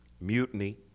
mutiny